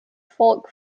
folk